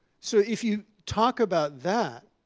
so if you talk about that,